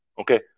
okay